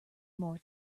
more